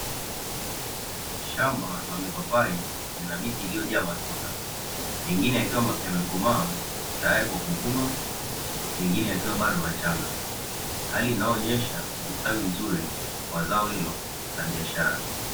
Shamba la mapapai lina miti iliyojaa matunda, mengine yakiwa yamekomaa tayari kwa kuvunwa, mengine yakiwa bado machanga hali inayoonyesha ustawi mzuri wa zao hilo la biashara.